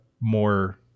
more